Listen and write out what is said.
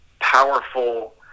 powerful